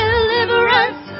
Deliverance